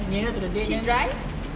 she drive